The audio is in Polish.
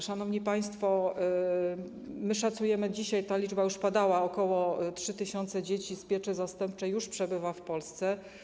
Szanowni państwo, szacujemy, dzisiaj ta liczba już padała, że ok. 3 tys. dzieci z pieczy zastępczej już przebywa w Polsce.